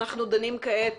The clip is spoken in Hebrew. אנחנו דנים כעת